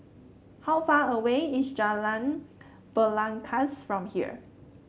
how far away is Jalan Belangkas from here